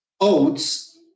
oats